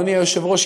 אדוני היושב-ראש,